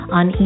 On